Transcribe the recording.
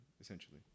essentially